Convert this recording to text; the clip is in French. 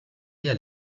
elle